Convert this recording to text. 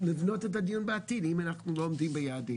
לבנות את הדיון בעתיד אם אנחנו לא עומדים ביעדים.